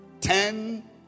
ten